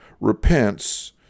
repents